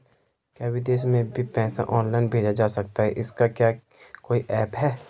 क्या विदेश में भी पैसा ऑनलाइन भेजा जा सकता है इसका क्या कोई ऐप है?